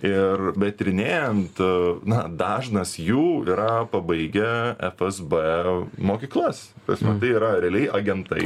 ir betirinėjant na dažnas jų yra pabaigę ef es b mokyklas tapasme tai yra realiai agentai